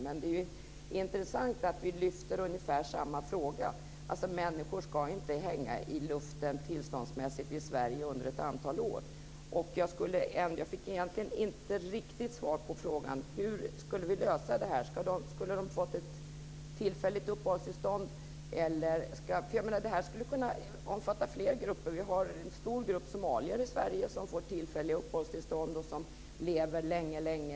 Men det är intressant att vi lyfter fram ungefär samma fråga, dvs. att människor inte ska hänga i luften tillståndsmässigt i Sverige under ett antal år. Jag fick egentligen inte riktigt svar på frågan hur vi skulle ha löst detta. Skulle de ha fått ett tillfälligt uppehållstillstånd? Det här skulle ju kunna omfatta fler grupper. Vi har en stor grupp somalier i Sverige som får tillfälliga uppehållstillstånd och som lever länge här.